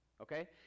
okay